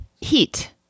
Heat